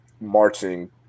marching